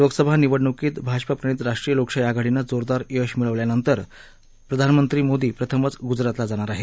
लोकसभा निवडणुकीत भाजप प्रणित राष्ट्रीय लोकशाही आघाडीनं जोरदार यश मिळवल्यानंतर पंतप्रधान मोदी प्रथमच गुजरातला जाणार आहेत